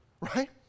right